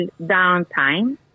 downtime